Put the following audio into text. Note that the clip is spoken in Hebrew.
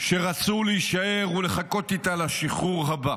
שרצו להישאר ולחכות איתה לשחרור הבא.